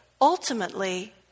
Ultimately